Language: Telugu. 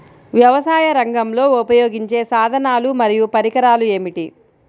వ్యవసాయరంగంలో ఉపయోగించే సాధనాలు మరియు పరికరాలు ఏమిటీ?